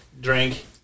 Drink